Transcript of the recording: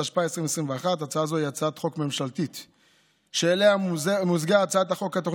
התשפ"א 2021. הצעה זו היא הצעת חוק ממשלתית שאליה מוזגה הצעת